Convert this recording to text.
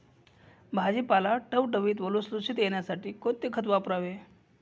भाजीपाला टवटवीत व लुसलुशीत येण्यासाठी कोणते खत वापरावे?